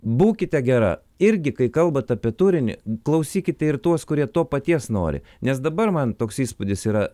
būkite gera irgi kai kalbat apie turinį klausykite ir tuos kurie to paties nori nes dabar man toks įspūdis yra